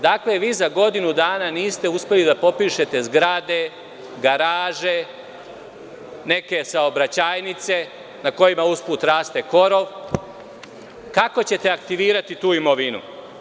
Dakle, vi za godinu dana niste uspeli da popišete zgrade, garaže, neke saobraćajnice na kojima usput raste korov, kako ćete aktivirati tu imovinu?